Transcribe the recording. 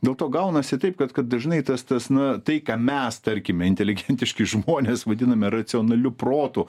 dėl to gaunasi taip kad kad dažnai tas tas na tai ką mes tarkime inteligentiški žmonės vadiname racionaliu protu